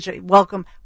welcome